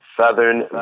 Southern